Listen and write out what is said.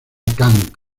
kang